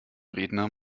redner